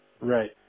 Right